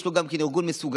יש לו גם ארגון "מסוגלים",